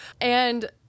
And-